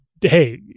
hey